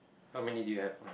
how many did you have